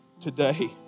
today